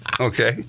okay